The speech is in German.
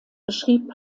schrieb